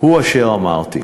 הוא אשר אמרתי.